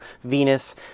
Venus